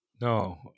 No